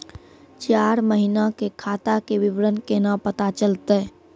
चार महिना के खाता के विवरण केना पता चलतै?